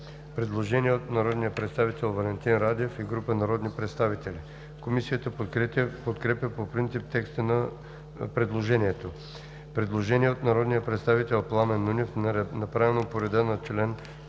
предложение от народния представител Валентин Радев и група народни представители. Комисията подкрепя по принцип предложението. Предложение от народния представител Пламен Нунев, направено по реда на чл. 83, ал.